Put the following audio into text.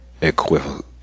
equivalent